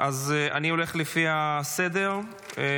ואני הולך לפי הסדר.